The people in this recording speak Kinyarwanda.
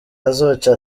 azoca